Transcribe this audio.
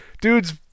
dudes